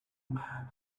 man